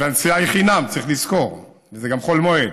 והנסיעה היא חינם, צריך לזכור, וזה גם חול המועד,